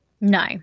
No